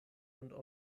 und